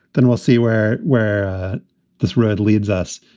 then we'll see where where this road leads us.